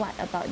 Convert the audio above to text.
what about you